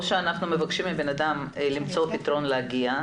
או שאנחנו מבקשים מבן אדם למצוא פתרון להגיע,